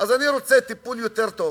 אז אני רוצה טיפול יותר טוב.